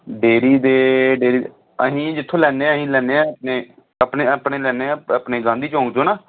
dairy ਦੇ dairy ਦੇ ਅਸੀਂ ਜਿੱਥੋਂ ਲੈਂਦੇ ਹਾਂ ਅਸੀਂ ਲੈਂਦੇ ਹਾਂ ਆਪਣੇ ਆਪਣੇ ਆਪਣੇ ਲੈਂਦੇ ਹਾਂ ਆਪਣੇ ਗਾਂਧੀ ਚੌਂਕ ਤੋਂ ਨਾ